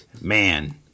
man